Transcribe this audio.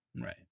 Right